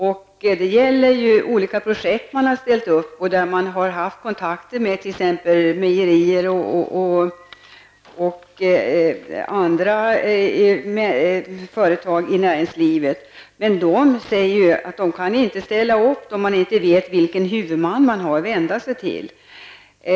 Detta gäller olika projekt, där man har haft kontakter med mejerier och andra företag i ortens näringsliv. Men dessa organ kan inte ställa upp då de inte vet vilken huvudman de har att vända sig till.